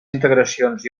integracions